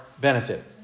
benefit